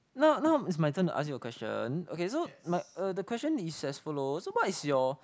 now now is my turn to ask you a question okay so my uh the question is as follow so what is your